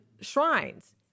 shrines